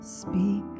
Speak